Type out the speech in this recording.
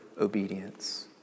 obedience